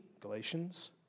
Galatians